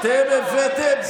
אתם הבאתם?